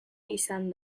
izan